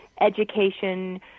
education